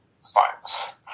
science